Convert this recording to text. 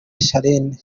shanel